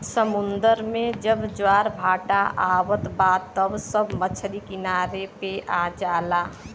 समुंदर में जब ज्वार भाटा आवत बा त सब मछरी किनारे पे आ जाला